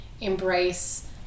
embrace